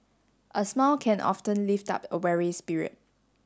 a smile can often lift up a weary spirit